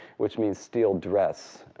which means steel dress.